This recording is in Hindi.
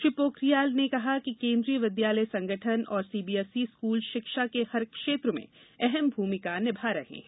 श्री पोखलियाल ने कहा कि केंद्रीय विद्यालय संगठन और सीबीएसई स्कूल शिक्षा के हर क्षेत्र में अहम भूमिका निभा रहे हैं